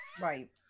right